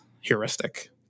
heuristic